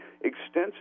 extensive